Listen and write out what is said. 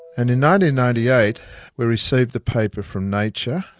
and and ninety ninety eight we received the paper from nature,